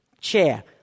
chair